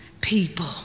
people